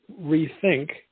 rethink